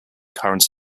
current